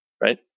right